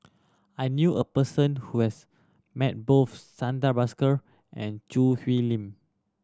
I knew a person who has met both Santha Bhaskar and Choo Hwee Lim